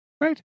Right